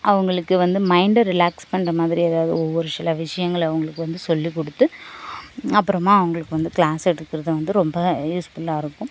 அவர்களுக்கு வந்து மைண்டை ரிலாக்ஸ் பண்ணுற மாதிரி ஏதாவது ஒரு சில விஷயங்களை அவர்களுக்கு வந்து சொல்லிக் கொடுத்து அப்புறமா அவர்களுக்கு வந்து கிளாஸ் எடுக்கிறது வந்து ரொம்ப யூஸ்ஃபுல்லாக இருக்கும்